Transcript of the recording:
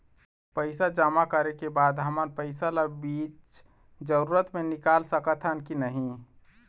पैसा जमा करे के बाद हमन पैसा ला बीच जरूरत मे निकाल सकत हन की नहीं?